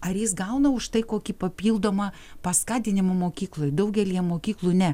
ar jis gauna už tai kokį papildomą paskatinimą mokykloj daugelyje mokyklų ne